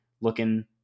looking